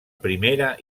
primera